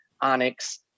Onyx